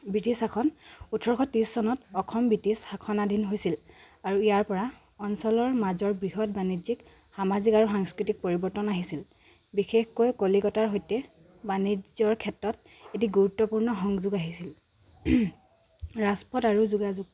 British শাসন ওঠৰশ ত্ৰিছ চনত অসম ব্ৰিটিছ শাসনাধীন হৈছিল আৰু ইয়াৰ পৰা অঞ্চলৰ মাজৰ বৃহৎ বাণিজ্যিক সামাজিক আৰু সাংস্কৃতিক পৰিৱৰ্তন আহিছিল বিশেষকৈ কলিকতাৰ সৈতে বাণিজ্যৰ ক্ষেত্ৰত এটি গুৰুত্বপূৰ্ণ সংযোগ আহিছিল ৰাজপথ আৰু যোগাযোগ